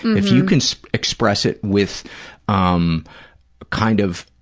if you can express it with um kind of,